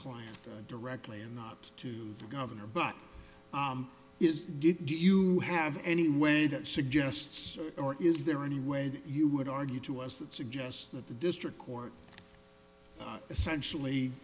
client directly and not to the governor but it's good you have any way that suggests or is there any way that you would argue to us that suggests that the district court essentially